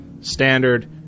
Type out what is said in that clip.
standard